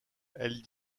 elle